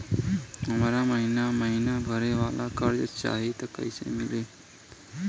हमरा महिना महीना भरे वाला कर्जा चाही त कईसे मिली?